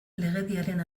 legediaren